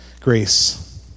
Grace